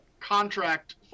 contract